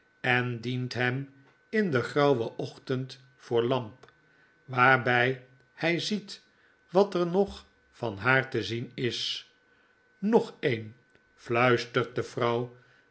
en dient hem in den grauwen och tend voor lamp waarbjj hy ziet wat er van haar te zien is nog een fluistert de vrouw